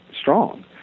strong